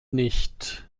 nicht